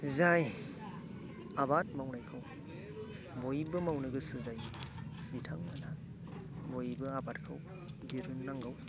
जाय आबाद मावनायखौ बयबो मावनो गोसो जायो बिथां मोनहा बयबो आबादखौ दिरुन नांगौ